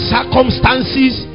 Circumstances